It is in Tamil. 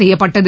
செய்யப்பட்டது